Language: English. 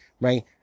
right